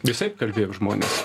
visaip kalbėjo žmonės